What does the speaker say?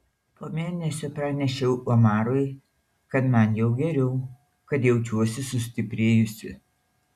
po mėnesio pranešiau omarui kad man jau geriau kad jaučiuosi sustiprėjusi